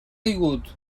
caigut